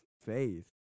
faith